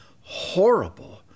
horrible